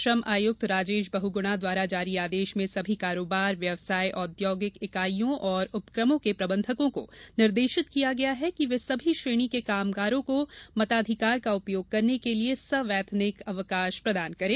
श्रम आयुक्त राजेश बहगुणा द्वारा जारी आदेश में सभी कारोबार व्यवसाय औद्योगिक इकाइयों और उपक्रमों के प्रबंधकों को निर्देशित किया गया है कि वे सभी श्रेणी के कामगारों को मताधिकार का उपयोग करने के लिए सवैतनिक अवकाश प्रदान करें